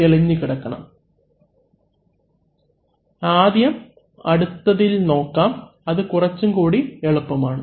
അവലംബിക്കുന്ന സ്ലൈഡ് സമയം 2141 ആദ്യം അടുത്തതിൽ നോക്കാം അത് കുറച്ചുകൂടി എളുപ്പമാണ്